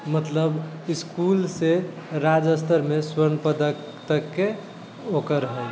मतलब इसकुलसँ राज्य स्तरमे स्वर्ण पदक तकके ओकर हइ